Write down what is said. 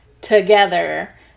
together